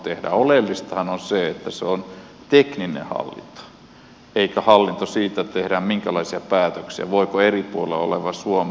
oleellistahan on se että se on tekninen hallinto eikä hallinto siitä että tehdään päätöksiä voiko eripulla oleva suom